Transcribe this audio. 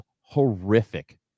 horrific